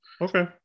Okay